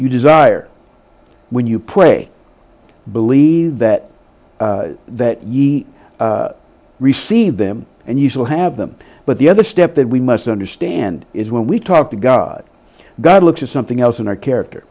you desire when you play believe that that ye receive them and you still have them but the other step that we must understand is when we talk to god god looks at something else in our character